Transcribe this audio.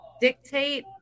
dictate